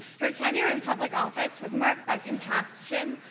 her tenure in public office was marked by compassion,